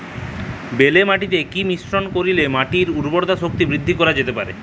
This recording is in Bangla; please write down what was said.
বেলে মাটিতে কি মিশ্রণ করিলে মাটির উর্বরতা শক্তি বৃদ্ধি করা যেতে পারে?